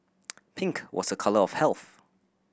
pink was a colour of health